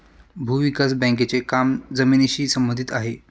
भूविकास बँकेचे काम जमिनीशी संबंधित आहे